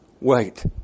Wait